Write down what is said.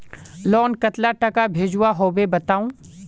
Loan कतला टाका भेजुआ होबे बताउ?